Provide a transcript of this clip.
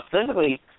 physically